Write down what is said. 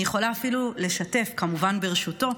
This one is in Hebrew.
אני יכולה אפילו לשתף, כמובן ברשותו,